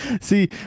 See